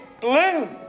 blue